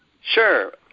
sure